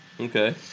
okay